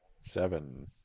Seven